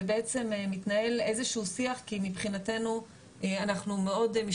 ובעצם מתנהל איזשהו שיח כי מבחינתנו אנחנו מאדו